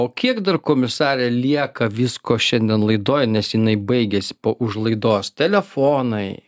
o kiek dar komisare lieka visko šiandien laidoj nes jinai baigėsi po už laidos telefonai